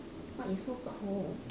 !wah! it's so cold